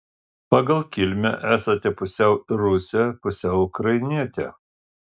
pagal kilmę esate pusiau rusė pusiau ukrainietė